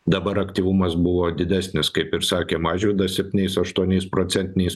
dabar aktyvumas buvo didesnis kaip ir sakė mažvydas septyniais aštuoniais procentiniais